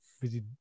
busy